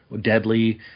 deadly